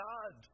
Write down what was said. God